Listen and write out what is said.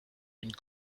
une